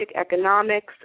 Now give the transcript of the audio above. economics